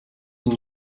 une